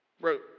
wrote